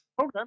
Okay